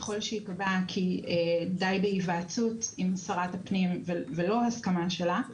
ככל שייקבע כי די בהיוועצות עם שרת הפנים ולא הסכמה שלה,